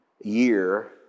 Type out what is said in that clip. year